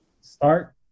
start